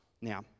Now